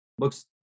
Looks